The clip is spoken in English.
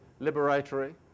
liberatory